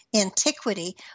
antiquity